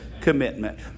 Commitment